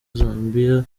zambia